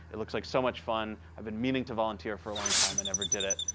it looks like so much fun. i've been meaning to volunteer for a long time. i never did it.